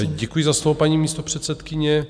Děkuji za slovo, paní místopředsedkyně.